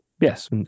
Yes